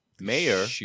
mayor